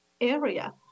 area